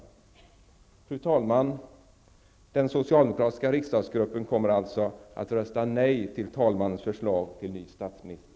Fru talman! Den socialdemokratiska riksdagsgruppen kommer alltså att rösta nej till talmannens förslag till ny statsminister.